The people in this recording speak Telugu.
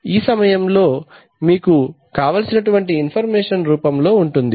idi ఈ సమయంలో మీకు కావలసినటువంటి ఇన్ఫర్మేషన్ రూపం లో ఉంటుంది